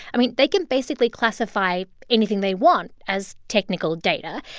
i mean, they can basically classify anything they want as technical data.